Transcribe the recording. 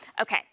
Okay